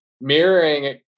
mirroring